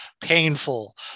painful